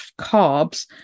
carbs